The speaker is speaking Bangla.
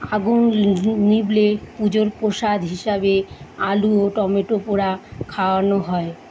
আগুন লিভ নিভলে পুজোর প্রসাদ হিসাবে আলু ও টমেটো পোড়া খাওয়ানো হয়